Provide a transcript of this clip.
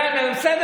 כן, בסדר.